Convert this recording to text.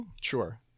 Sure